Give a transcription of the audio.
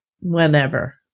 whenever